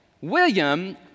William